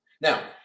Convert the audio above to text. Now